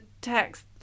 text